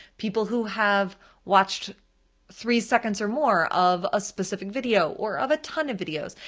people who have watched three seconds or more of a specific video or of a ton of videos.